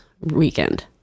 weekend